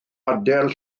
adael